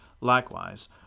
Likewise